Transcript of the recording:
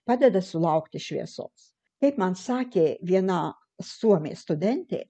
padeda sulaukti šviesos kaip man sakė viena suomė studentė